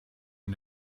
you